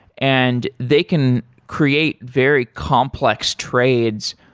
and they can create very complex trades,